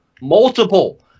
multiple